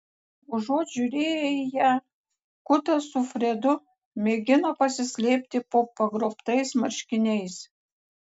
užuot žiūrėję į ją kutas su fredu mėgino pasislėpti po pagrobtais marškiniais